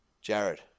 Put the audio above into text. Jared